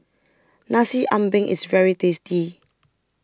Nasi Ambeng IS very tasty